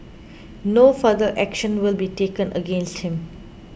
no further action will be taken against him